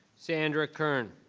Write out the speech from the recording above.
sandra kern.